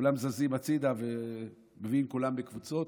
וכולם זזים הצידה ומביאים את כולם בקבוצות,